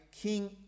King